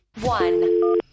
one